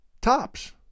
tops